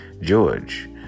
George